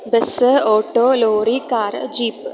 bus auto lorry car jeep